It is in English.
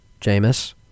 Jameis